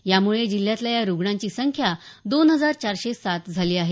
यामुळे जिल्ह्यातील या रुग्णांची संख्या दोन हजार चारशे सात झाली आहे